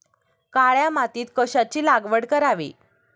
काळ्या मातीत कशाची लागवड करावी?